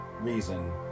reason